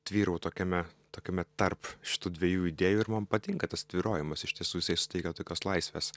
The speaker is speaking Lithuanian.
tvyrau tokiame tokiame tarp šitų dviejų idėjų ir man patinka tas tvyrojimas iš tiesų jisai suteikia tokios laisvės